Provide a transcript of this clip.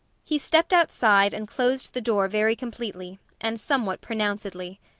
he stepped outside and closed the door very completely, and somewhat pronouncedly.